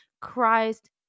Christ